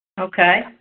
Okay